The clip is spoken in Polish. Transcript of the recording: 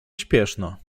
śpieszno